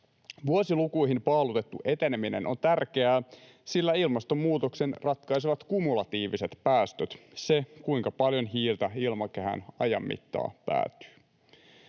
Vuosilukuihin paalutettu eteneminen on tärkeää, sillä ilmastonmuutoksen ratkaisevat kumulatiiviset päästöt: se, kuinka paljon hiiltä ilmakehään ajan mittaan päätyy.